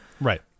Right